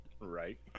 Right